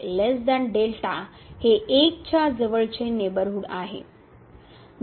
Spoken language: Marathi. तर हे 1 च्या जवळचे नेबरहूड आहे